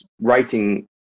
writing